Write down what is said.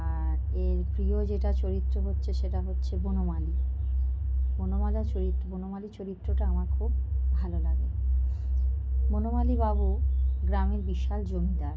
আর এর প্রিয় যেটা চরিত্র হচ্ছে সেটা হচ্ছে বনমালী বনমালা চরিত্র বনমালী চরিত্রটা আমার খুব ভালো লাগে বনমালী বাবু গ্রামের বিশাল জমিদার